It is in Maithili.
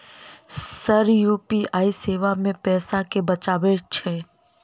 सर यु.पी.आई सेवा मे पैसा केँ बचाब छैय?